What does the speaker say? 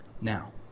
now